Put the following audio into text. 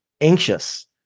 anxious